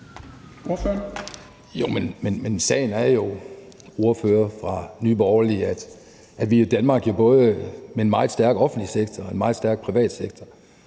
sagen er jo, ordfører fra Nye Borgerlige, at vi i Danmark med både en meget stærk offentlig sektor og en meget stærk privat sektor